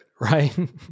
right